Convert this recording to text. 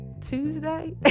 Tuesday